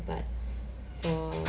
but for